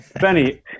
Benny